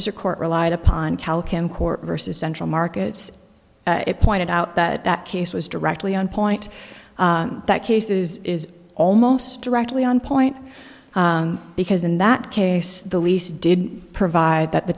is a court relied upon calkin court versus central markets it pointed out that that case was directly on point that cases is almost directly on point because in that case the lease did provide that the